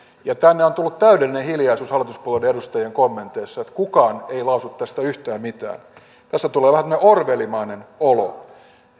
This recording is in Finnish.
ja tänne on tullut täydellinen hiljaisuus hallituspuolueiden edustajien kommenteissa että kukaan ei lausu tästä yhtään mitään tässä tulee vähän tämmöinen orwellmainen olo